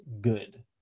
good